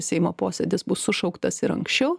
seimo posėdis bus sušauktas ir anksčiau